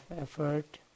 effort